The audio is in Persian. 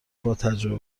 باتجربه